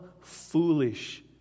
foolish